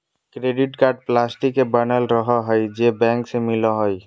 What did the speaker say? credit card plastic के बनल रहो हइ जे बैंक से मिलो हइ